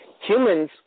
Humans